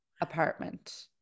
apartment